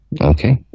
Okay